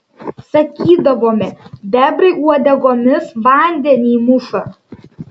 sakydavome bebrai uodegomis vandenį muša